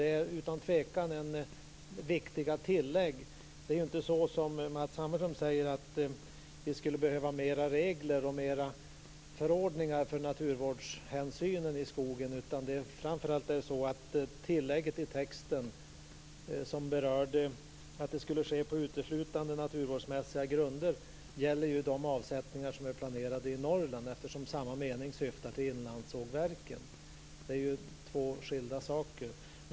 Det rör sig utan tvivel om viktiga tillägg. Det är ju inte så som Matz Hammarström säger att det skulle behövas mera regler och förordningar för naturvårdshänsynen i skogen. Tillägget i texten om att avsättningen skulle ske uteslutande på naturvårdsmässiga grunder gäller ju de avsättningar som är planerade i Norrland, eftersom meningen syftar på inlandssågverken. Det är ju två skilda saker.